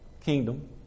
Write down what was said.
kingdom